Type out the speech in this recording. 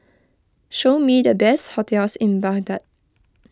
show me the best hotels in Baghdad